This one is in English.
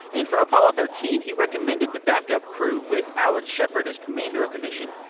and for apollo thirteen he recommended the backup crew with alan shepard as commander of the mission.